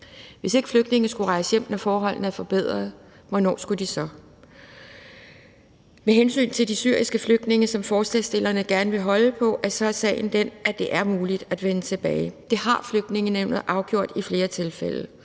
Hvis ikke flygtninge skulle rejse hjem, når forholdene er forbedret, hvornår skulle de så? Med hensyn til de syriske flygtninge, som forslagsstillerne gerne vil holde på, er sagen den, at det er muligt at vende tilbage. Det har Flygtningenævnet afgjort i flere tilfælde.